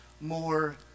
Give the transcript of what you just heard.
more